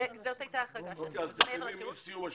אנחנו מדברים מסיום השירות.